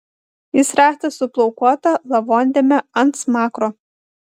jis rastas su plaukuota lavondėme ant smakro